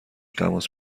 تماس